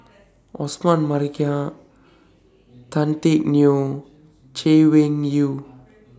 Osman Merican Tan Teck Neo Chay Weng Yew